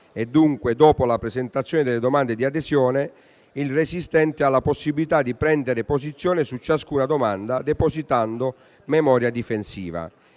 e dunque dopo la presentazione delle domande di adesione - il resistente abbia la possibilità di prendere posizione su ciascuna domanda depositando memoria difensiva.